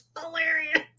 hilarious